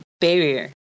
barrier